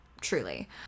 truly